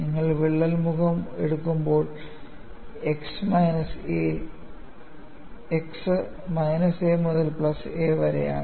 നിങ്ങൾ വിള്ളൽ മുഖം എടുക്കുന്നതിനാൽ x മൈനസ് a മുതൽ പ്ലസ് a വരെയാണ്